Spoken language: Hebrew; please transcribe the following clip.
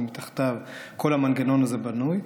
ומתחתיו כל המנגנון הזה בנוי.